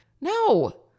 No